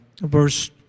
verse